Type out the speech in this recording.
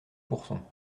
courson